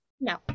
No